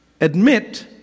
Admit